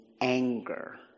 anger